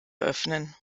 öffnen